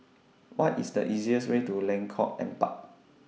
What IS The easiest Way to Lengkong Empat